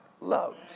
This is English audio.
loves